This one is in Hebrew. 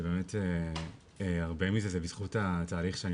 זה באמת הרבה מזה זה בזכות התהליך שאני